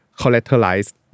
collateralized